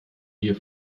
gier